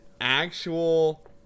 actual